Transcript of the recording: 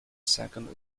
second